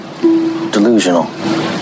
delusional